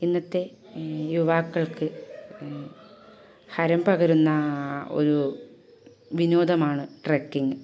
ഇന്നത്തെ യുവാക്കൾക്ക് ഹരം പകരുന്നത് ഒരു വിനോദമാണ് ട്രക്കിങ്